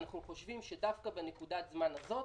אנחנו חושבים שדווקא בנקודת הזמן הזאת